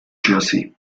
jersey